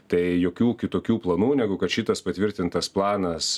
tai jokių kitokių planų negu kad šitas patvirtintas planas